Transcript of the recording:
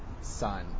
son